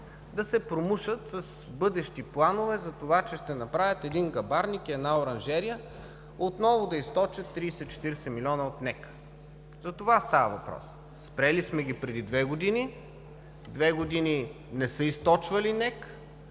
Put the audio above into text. да се промушат с бъдещи планове за това, че ще направят един гъбарник, една оранжерия, отново да източат 30 – 40 милиона от НЕК. За това става въпрос. Спрели сме ги преди две години. Две години не са източвали НЕК